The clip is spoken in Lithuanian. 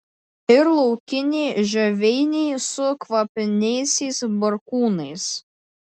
ir laukiniai žioveiniai su kvapniaisiais barkūnais